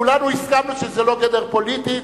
כולנו הסכמנו שזה לא גדר פוליטית,